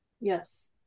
Yes